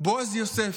בועז יוסף,